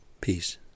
Peace